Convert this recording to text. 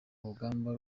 rugamba